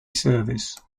service